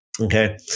Okay